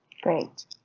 Great